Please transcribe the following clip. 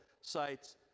sites